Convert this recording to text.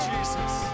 Jesus